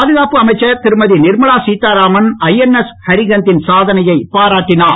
பாதுகாப்பு அமைச்சர் திருமதி நிர்மலா சி தாராமன் ஜஎன்எஸ் ஹரிகந்த் தின் சாதனையை பாராட்டினார்